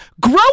Grow